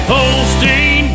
Holstein